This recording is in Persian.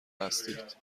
هستید